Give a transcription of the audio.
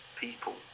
people